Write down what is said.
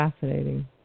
fascinating